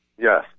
Yes